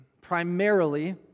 primarily